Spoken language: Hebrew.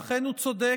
אכן, הוא צודק,